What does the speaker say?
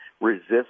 resist